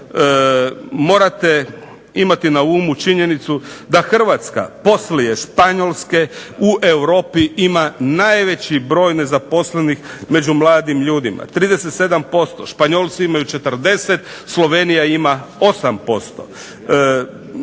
morate imati na umu činjenicu da Hrvatska poslije Španjolske u Europi ima najveći broj nezaposlenih među mladim ljudima 37%, Španjolci imaju 40, Slovenija ima 8%.